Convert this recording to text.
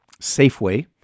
Safeway